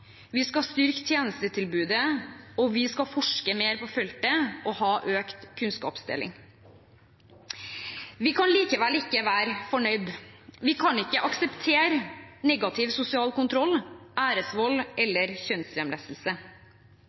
Vi skal styrke tjenestetilbudet. Vi skal forske mer på feltet og ha økt kunnskapsdeling. Vi kan likevel ikke være fornøyd. Vi kan ikke akseptere negativ sosial kontroll, æresvold eller